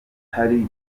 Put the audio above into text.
kitari